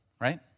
right